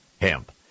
Hemp